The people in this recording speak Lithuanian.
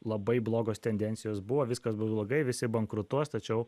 labai blogos tendencijos buvo viskas blogai visi bankrutuos tačiau